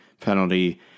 penalty